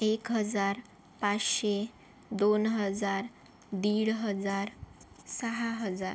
एक हजार पाचशे दोन हजार दीड हजार सहा हजार